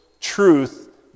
truth